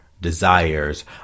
desires